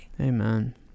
Amen